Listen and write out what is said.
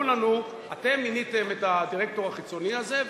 לנו: אתם מיניתם את הדירקטור החיצוני הזה,